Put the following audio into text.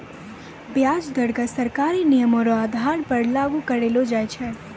व्याज दर क सरकारी नियमो र आधार पर लागू करलो जाय छै